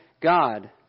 God